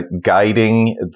guiding